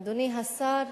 אדוני השר,